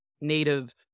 native